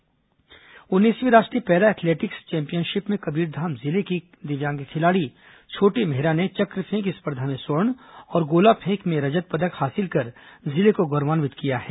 para athletics उन्नीसवीं राष्ट्रीय para athletics championship में कबीरधाम जिले की दिव्यांग खिलाड़ी छोटी मेहरा ने चक्र फेंक स्पर्धा में स्वर्ण और गोला फेंक में रजत पदक हासिल कर जिले को गौरवान्वित किया है